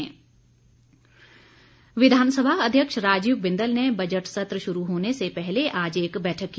सर्वदलीय बैठक विधानसभा अध्यक्ष राजीव बिंदल ने बजट सत्र शुरू होने से पहले आज एक बैठक की